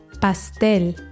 Pastel